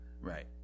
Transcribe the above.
Right